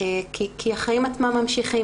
האם התייחסתם אליו, האם שיניתם בו משהו?